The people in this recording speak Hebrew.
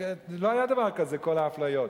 לא היה דבר כזה, כל האפליות.